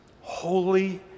holy